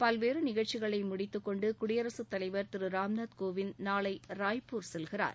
பல்வேறு நிகழ்ச்சிகளை முடித்து கொண்டு குடியரசு தலைவர் திரு ராம்நாத் கோவிந்த் நாளை ராய்ப்பூர் செல்கிறார்